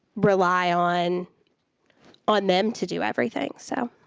rely on on them to do everything. so